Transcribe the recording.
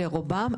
לרובם,